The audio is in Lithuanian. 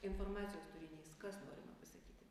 informacijos turinys kas norima pasakyti